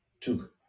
took